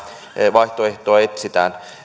vaihtoehtoa etsitään